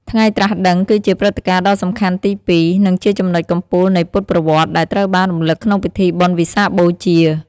ថ្ងៃត្រាស់ដឹង គឺជាព្រឹត្តិការណ៍ដ៏សំខាន់ទីពីរ និងជាចំណុចកំពូលនៃពុទ្ធប្រវត្តិ ដែលត្រូវបានរំលឹកក្នុងពិធីបុណ្យវិសាខបូជា។